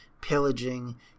pillaging